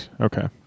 okay